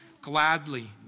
gladly